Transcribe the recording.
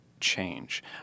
change